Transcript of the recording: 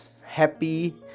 happy